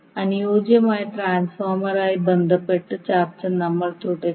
അനുയോജ്യമായ ട്രാൻസ്ഫോമറുമായി ബന്ധപ്പെട്ട ചർച്ച നമ്മൾ തുടരും